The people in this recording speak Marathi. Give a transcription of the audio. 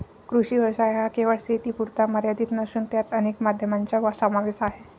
कृषी व्यवसाय हा केवळ शेतीपुरता मर्यादित नसून त्यात अनेक माध्यमांचा समावेश आहे